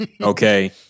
Okay